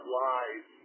lies